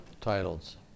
titles